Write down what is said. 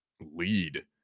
lead